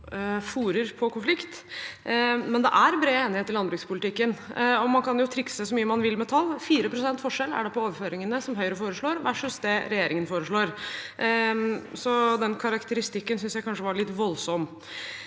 fôrer konflikten, men det er bred enighet i landbrukspolitikken. Man kan trikse så mye man vil med tall – 4 pst. forskjell er det på overføringene som Høyre foreslår versus det regjeringen foreslår, så den karakteristikken synes jeg kanskje var litt voldsom.